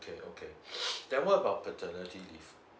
okay okay then what about paternity leave